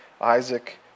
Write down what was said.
Isaac